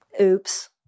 oops